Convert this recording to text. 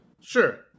sure